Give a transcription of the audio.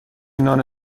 نان